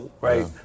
right